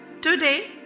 Today